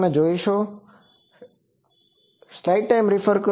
તમે જોશો તે અવરોધ બેન્ડવિડ્થ તે 0